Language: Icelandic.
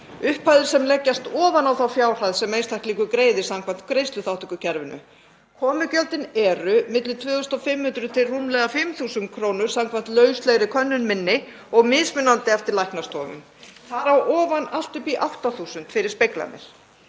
upphæðir sem leggjast ofan á þá fjárhæð sem einstaklingur greiðir samkvæmt greiðsluþátttökukerfinu. Komugjöldin eru milli 2.500 og rúmlega 5.000 kr. samkvæmt lauslegri könnun minni og mismunandi eftir læknastofum, þar á ofan allt upp í 8.000 fyrir speglanir.